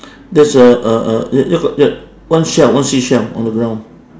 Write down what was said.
there's a a a ja~ jat go jat one shell one seashell on the ground